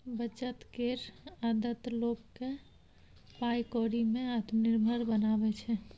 बचत केर आदत लोक केँ पाइ कौड़ी में आत्मनिर्भर बनाबै छै